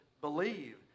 believe